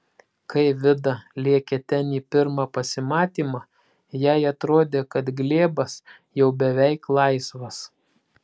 kai vida lėkė ten į pirmą pasimatymą jai atrodė kad glėbas jau beveik laisvas